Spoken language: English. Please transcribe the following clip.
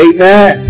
Amen